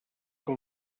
que